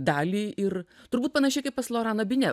dalį ir turbūt panašiai kaip pas loraną bine